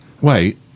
Wait